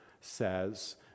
says